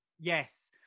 Yes